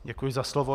Děkuji za slovo.